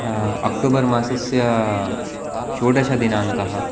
October मासस्य षोडशदिनाङ्कः